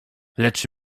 lecz